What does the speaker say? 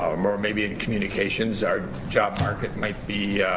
um or maybe in communications, our job market might be